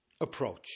approach